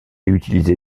utilisé